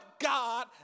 God